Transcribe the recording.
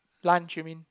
lunch you mean